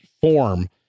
form